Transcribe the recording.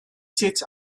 sets